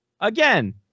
Again